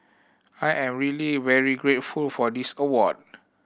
I'm really very grateful for this award